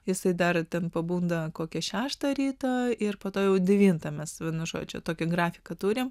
jisai dar ten pabunda kokią šeštą ryto ir po to jau devintą mes vienu žodžiu tokį grafiką turime